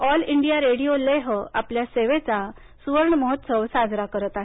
all India radio Leh आपल्या सेवेचा सुवर्णमहोत्सव साजरा करत आहे